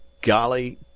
golly